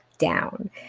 down